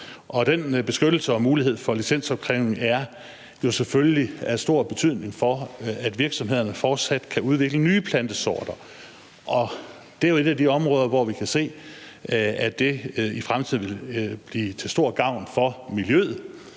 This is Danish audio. Den beskyttelse og mulighed for licensopkrævning er selvfølgelig af stor betydning, for at virksomhederne fortsat kan udvikle nye plantesorter. Det er jo et af de områder, hvor vi kan se, at det i fremtiden vil blive til stor gavn for miljøet,